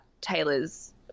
Taylor's